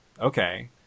Okay